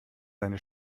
seine